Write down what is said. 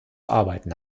arbeiten